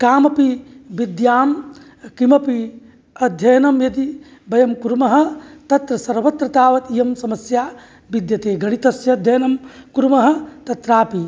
कामपि विद्यां किमपि अध्ययनं यदि वयं कुर्मः तत्र सर्वत्र तावत् इयं समस्या विद्यते गणितस्य अध्ययनं कुर्मः तत्रापि